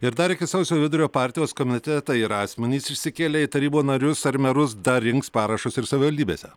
ir dar iki sausio vidurio partijos komitetai ir asmenys išsikėlę į tarybų narius ar merus dar rinks parašus ir savivaldybėse